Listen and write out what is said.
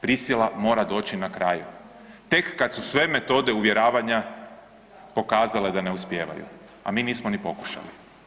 Prisila mora doći na kraju tek kad su sve metode uvjeravanja pokazale da ne uspijevaju, a mi nismo ni pokušali.